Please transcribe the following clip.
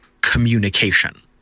communication